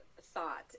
Thought